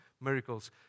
miracles